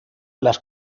las